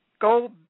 go